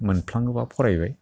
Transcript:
मोनफ्लाङोबा फरायबाय